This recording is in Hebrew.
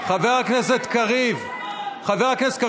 חוצפן,